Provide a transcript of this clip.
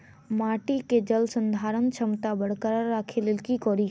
माटि केँ जलसंधारण क्षमता बरकरार राखै लेल की कड़ी?